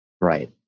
Right